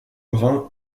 brun